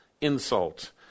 insult